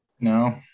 no